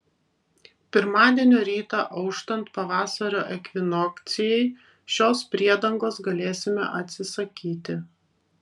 pirmadienio rytą auštant pavasario ekvinokcijai šios priedangos galėsime atsisakyti